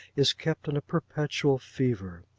is kept in a perpetual fever.